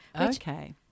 Okay